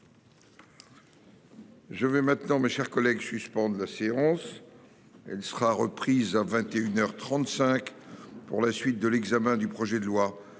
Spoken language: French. Je vais maintenant mes chers collègues suspende la séance. Elle sera reprise à 21h 35 pour la suite de l'examen du projet de loi